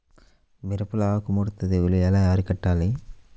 మిరపలో ఆకు ముడత తెగులు ఎలా అరికట్టాలి?